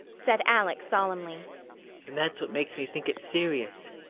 said alec solemnly, and that's what makes me think it's serious.